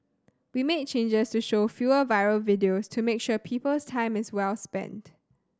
we made changes to show fewer viral videos to make sure people's time is well spent